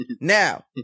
now